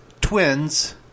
twins